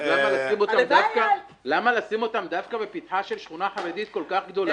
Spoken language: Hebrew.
אז למה לשים אותם דווקא בפתחה של שכונה חרדית כל כך גדולה